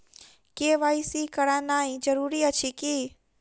KYC करानाइ जरूरी अछि की?